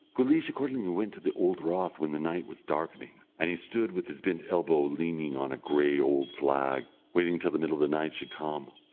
guleesh accordingly went to the old rath when the night was darkening, and he stood with his bent elbow leaning on a grey old flag, waiting till the middle of the night should come.